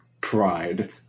Pride